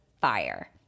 fire